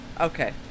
Okay